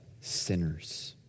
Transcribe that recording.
sinners